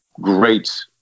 great